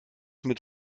mit